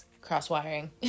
cross-wiring